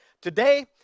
today